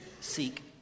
seek